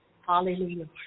Hallelujah